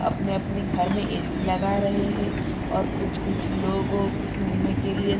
अपने अपने घर मे ए सी लगा रहे हैं और कुछ कुछ लोग घूमने के लिए